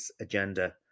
agenda